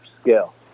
scale